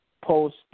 post-